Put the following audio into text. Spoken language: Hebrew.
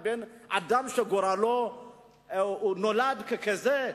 ובין אדם שנולד כזה,